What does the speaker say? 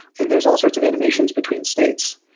and there's all sorts of animations between states.